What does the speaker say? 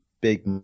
big